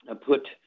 put